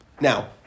Now